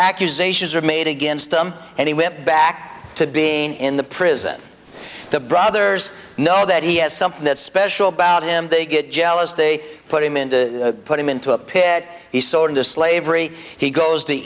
accusations were made against him and he went back to being in the prison the brothers know that he has something that special about him they get jealous they put him in to put him into a pit he sold into slavery he goes to